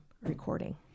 recording